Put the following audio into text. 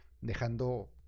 Dejando